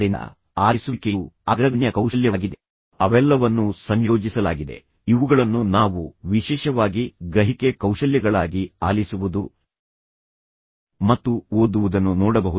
ನೀವು ಅದನ್ನು ನೋಡಿದರೆ ಆಲಿಸುವುದು ಓದುವುದು ಬರೆಯುವುದು ಮಾತನಾಡುವುದು ಅವು ವಿಭಿನ್ನ ಕೌಶಲ್ಯಗಳಾಗಿ ಕಾಣುತ್ತವೆ ಅವೆಲ್ಲವನ್ನೂ ಸಂಯೋಜಿಸಲಾಗಿದೆ ಇವುಗಳನ್ನು ನಾವು ವಿಶೇಷವಾಗಿ ಗ್ರಹಿಕೆ ಕೌಶಲ್ಯಗಳಾಗಿ ಆಲಿಸುವುದು ಮತ್ತು ಓದುವುದನ್ನು ನೋಡಬಹುದು